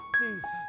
Jesus